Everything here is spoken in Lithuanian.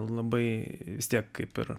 labai vis tiek kaip ir